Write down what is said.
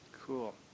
Cool